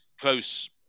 Close